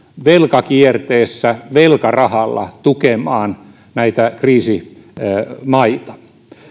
velkakierteessä velkarahalla tukemaan näitä kriisimaita